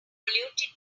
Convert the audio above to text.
polluted